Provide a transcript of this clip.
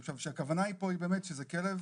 הכוונה פה היא באמת שזה כלב